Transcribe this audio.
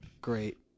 great